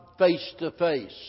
face-to-face